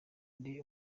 ndi